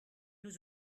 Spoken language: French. nous